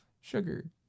sugar